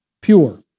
pure